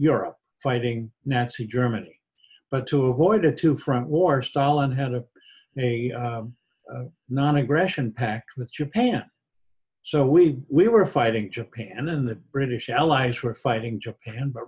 europe fighting nasty germany but to avoid a two front war stalin had a a non aggression pact with japan so we we were fighting japan and then the british allies were fighting japan but